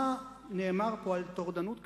מה נאמר פה על טורדנות כפייתית,